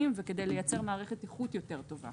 וכדי לייצר מערכת איכות טובה יותר.